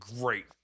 great